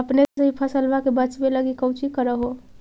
अपने सभी फसलबा के बच्बे लगी कौची कर हो?